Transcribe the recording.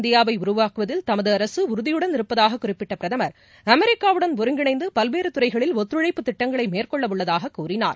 இந்தியாவைஉருவாக்குவதில் தமதுஅரசுஉறுதியுடன் இருப்பதாகக் குறிப்பிட்டபிரதமா் புதிய அமெரிக்காவுடன் ஒருங்கிணைந்தபல்வேறுதுறைகளில் ஒத்துழைப்பு திட்டங்களைமேற்கொள்ளஉள்ளதாகக் கூறினார்